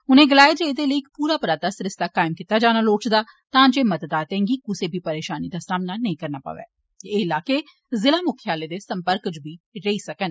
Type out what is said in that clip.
उनें गलाया जे एहदे लेई इक पूरा पराता सरिस्ता कायम कीता जाना लोड़चदा तां जे मतदाताएं गी कुसै परेशानी दा सामना नेईं करना पवै ते एह् इलाके जिला मुक्खालय दे संपर्क च बी रेइ सकन